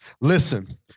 Listen